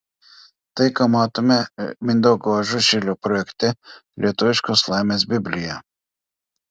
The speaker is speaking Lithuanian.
tai ką matome mindaugo ažušilio projekte lietuviškos laimės biblija